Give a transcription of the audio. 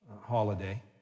holiday